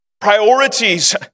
priorities